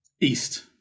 East